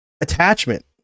attachment